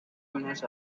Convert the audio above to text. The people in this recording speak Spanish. unos